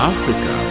Africa